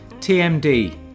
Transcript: TMD